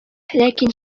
ләкин